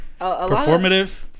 performative